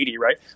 right